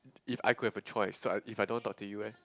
if I could have a choice so I if I don't talk to you eh